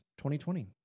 2020